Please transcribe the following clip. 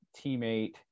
teammate